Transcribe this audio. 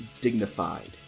dignified